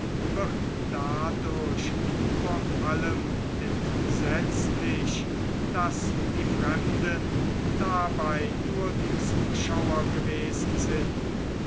wird dadurch vor allem entsetzlich daß die fremden dabei nur die zuschauer gewesen sind